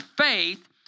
faith